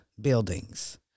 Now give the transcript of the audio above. buildings